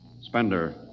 Spender